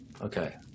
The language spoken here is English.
Okay